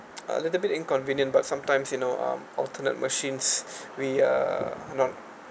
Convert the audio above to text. a little bit inconvenient but sometimes you know um alternate machines we uh not